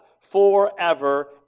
forever